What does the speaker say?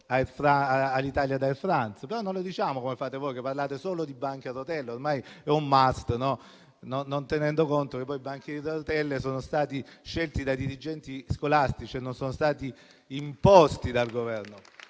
Alitalia ad Air France. Però non facciamo come fate voi, che parlate solo di banchi a rotelle; ormai è un *must*, non tenendo conto che i banchi a rotelle sono stati scelti dai dirigenti scolastici e non sono stati imposti dal Governo.